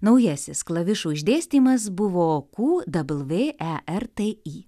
naujasis klavišų išdėstymas buvo ku dabl vė e r t i